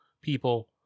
people